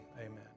amen